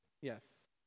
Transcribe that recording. yes